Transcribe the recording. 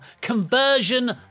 conversion